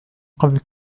قبل